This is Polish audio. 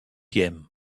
jem